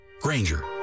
Granger